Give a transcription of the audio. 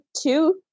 two